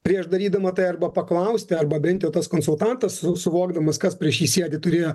prieš darydama tai arba paklausti arba bent jau tas konsultantas suvokdamas kas prieš jį sėdi turėjo